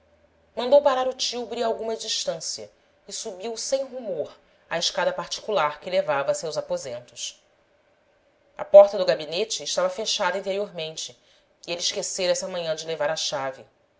mandou parar o tílburi a alguma distância e su biu sem rumor a escada particular que levava a seus aposentos a porta do gabinete estava fechada interiormente e ele esquecera essa manhã de levar a chave